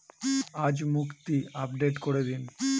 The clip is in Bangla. আজ মুক্তি আপডেট করে দিন